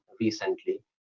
recently